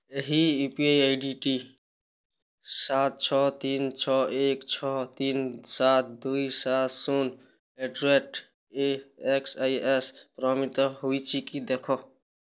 ଏହି U P I D ଟି ସାତ ଛଅ ତିନି ଛଅ ଏକ ଛଅ ତିନି ସାତ ଦୁଇ ସାତ ଶୂନ at the rate A X I X ପ୍ରମିତ ହୋଇଛି କି ଦେଖ